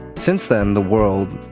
since then, the world,